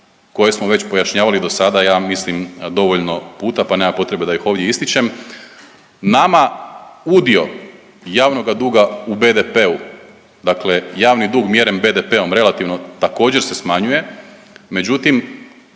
koje smo već pojašnjavali do sada ja mislim dovoljno puta pa nema potrebe da ih ovdje ističem. Nama udio javnoga duga u BDP-u, dakle javni dug mjeren BDP-om relativno također se smanjuje, međutim